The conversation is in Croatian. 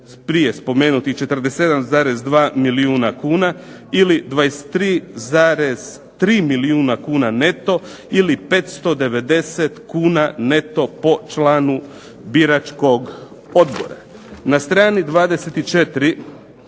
prije spomenutih 47,2 milijuna kuna ili 23,3 milijuna kuna neto ili 590 kuna neto po članu biračkog odbora". Na strani 24:"Za